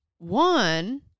One